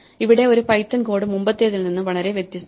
ഇവിടെ ഈ Python code മുമ്പത്തേതിൽ നിന്ന് വളരെ വ്യത്യസ്തമല്ല